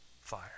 fire